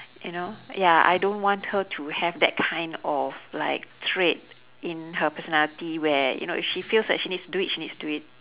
you know ya I don't want her to have that kind of like trait in her personality where you know if she feels like she needs to do it she needs to do it